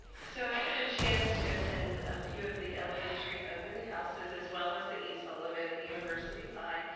so chance to attend a few of the elementary open houses as well as the esol event at university high,